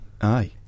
Aye